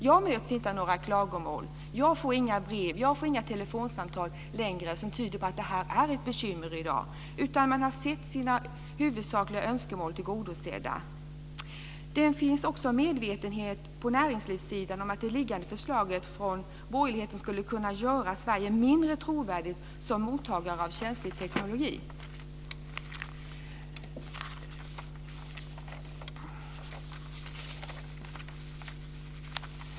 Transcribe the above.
Jag möts inte av några klagomål. Jag får inga brev och telefonsamtal längre som tyder på att det här är ett bekymmer. Man har fått sina huvudsakliga önskemål tillgodosedda. Det finns också en medvetenhet på näringslivssidan om att det liggande förslaget från borgerligheten skulle kunna göra Sverige mindre trovärdigt som mottagare av känslig teknologi.